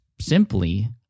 simply